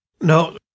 No